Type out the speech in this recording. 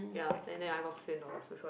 ya then I got fifteen dollars which was